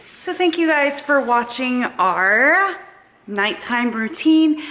so thank you guys for watching our night time routine.